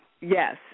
Yes